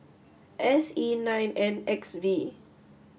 S E nine N X V